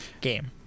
game